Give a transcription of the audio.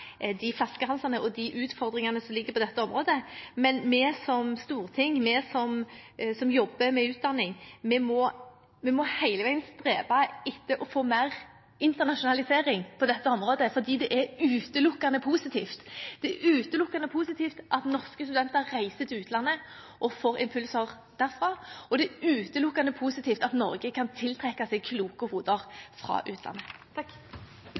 de flaskehalsene og de utfordringene som er på dette området. Men vi som storting, vi som jobber med utdanning, må hele veien streve etter å få mer internasjonalisering på dette området, for det er utelukkende positivt at norske studenter reiser til utlandet og får impulser derfra, og det er utelukkende positivt at Norge kan tiltrekke seg kloke hoder fra utlandet. Jeg vil først og fremst rette en takk